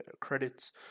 credits